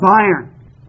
iron